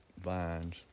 vines